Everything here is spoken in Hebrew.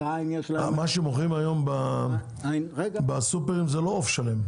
לכרעיים --- מה שמוכרים היום בסופרים זה לא עוף שלם,